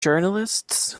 journalists